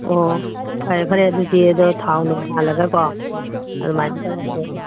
ꯑꯣ ꯐꯔꯦ ꯐꯔꯦ ꯑꯗꯨꯗꯤ ꯑꯗꯣ ꯊꯥꯎ ꯅꯨꯡ ꯍꯥꯜꯂꯒꯀꯣ ꯑꯗꯨꯃꯥꯏꯅ ꯇꯧꯔꯁꯦ